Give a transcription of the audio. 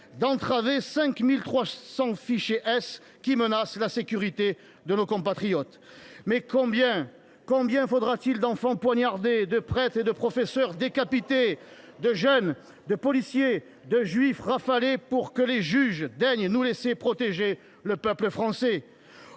d’entraver 5 300 fichés S qui menacent la sécurité de nos compatriotes ? Combien faudra t il d’enfants poignardés, de prêtres et de professeurs décapités, de jeunes, de policiers, de juifs « rafalés », pour que les juges daignent nous laisser protéger le peuple français ?